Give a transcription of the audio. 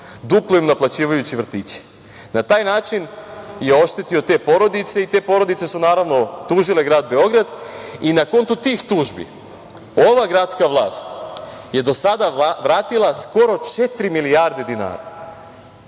duplo im naplaćujući vrtiće. Na taj način je oštetio te porodice i te porodice su, naravno, tužile grad Beograd i na konto tih tužbi ova gradska vlast je do sada vratila skoro četiri milijarde dinara,